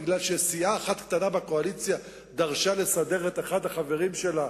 בגלל שסיעה אחת קטנה בקואליציה דרשה לסדר את אחד החברים שלה,